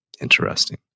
interesting